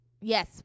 Yes